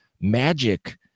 magic